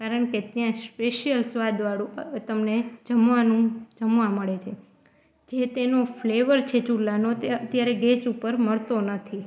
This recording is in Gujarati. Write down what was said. કારણ કે ત્યાં સ્પેશિયલ સ્વાદવાળું તમને જમવાનું જમવા મળે છે જે તેનો ફ્લેવર છે ચૂલાનો તે અત્યારે ગેસ ઉપર મળતો નથી